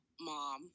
mom